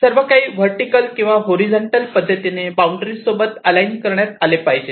सर्व काही वर्टीकल किंवा हॉरिझॉन्टल पद्धतीने बाउंड्री सोबत अलाइन करण्यात आले पाहिजे